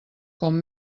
com